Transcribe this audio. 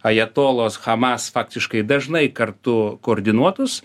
ajatolos hamas faktiškai dažnai kartu koordinuotus